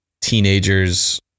teenagers